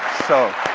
so